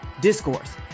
discourse